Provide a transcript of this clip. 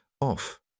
off